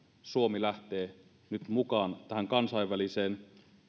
suomi lähtee nyt mukaan tähän kansainväliseen